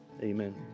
amen